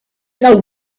know